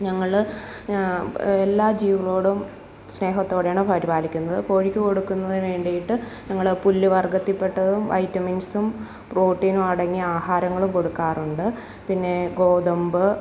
ഞങ്ങൾ എല്ലാ ജീവികളോടും സ്നേഹത്തോടെയാണ് പരിപാലിക്കുന്നത് കോഴിക്കു കൊടുക്കുന്നതിനു വേണ്ടിയിട്ട് ഞങ്ങൾ പുല്ലുവര്ഗ്ഗത്തില് പെട്ടതും വൈറ്റമിന്സും പ്രോട്ടീനും അടങ്ങിയ ആഹാരങ്ങളും കൊടുക്കാറുണ്ട് പിന്നേ ഗോതമ്പ്